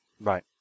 Right